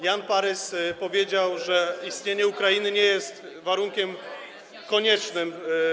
Jan Parys powiedział, że istnienie Ukrainy nie jest warunkiem koniecznym.